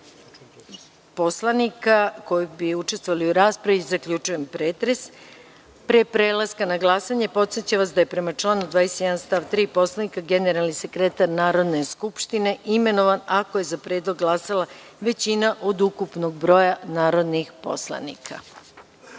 poslanika koji bi učestvovali u raspravi, zaključujem pretres. Pre prelaska na glasanje podsećam vas da je, prema članu 21. stav 3. Poslovnika, generalni sekretar Narodne skupštine imenovan ako je za predlog glasala većina od ukupnog broja narodnih poslanika. Stavljam